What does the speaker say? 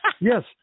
Yes